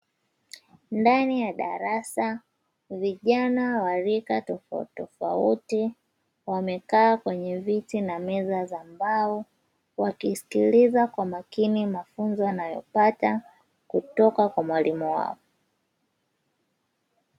Ndani ya darasa, vijana wa rika tofauti tofauti, wamekaa kwenye viti na meza za mbao, wakisikiliza kwa makini mafunzo wanayopata kutoka kwa mwalimu wao.